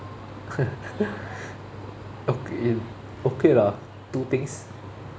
okay okay lah two things